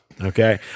Okay